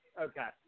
Okay